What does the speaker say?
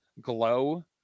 Glow